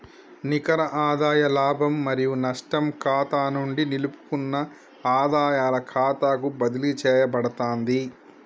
నికర ఆదాయ లాభం మరియు నష్టం ఖాతా నుండి నిలుపుకున్న ఆదాయాల ఖాతాకు బదిలీ చేయబడతాంది